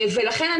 ולכן,